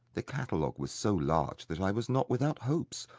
the catalogue was so large that i was not without hopes,